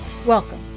Welcome